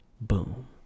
Boom